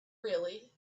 really